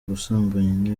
gusambanya